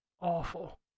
awful